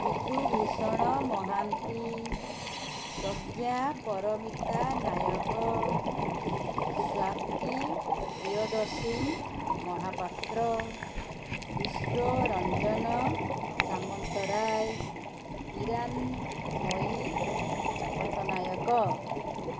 Bidubhushan Mohanty Pragyaparamita Nayak Swatipriyadarshin Mohapatra Biswaranjan Samantaray Iranmayee Patnaik